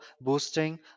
boosting